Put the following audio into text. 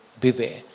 beware